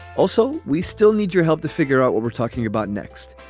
also, we still need your help to figure out what we're talking about next.